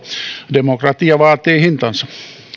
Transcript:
demokratia vaatii hintansa